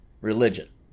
religion